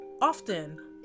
often